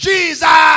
Jesus